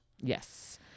Yes